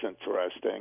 interesting